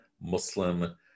Muslim